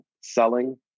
selling